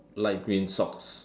light green socks